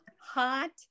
hot